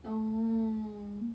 oh